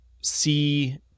see